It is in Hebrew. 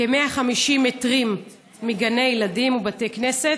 כ-150 מטרים מגני ילדים ובתי כנסת